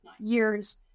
years